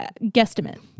guesstimate